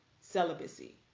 celibacy